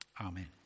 Amen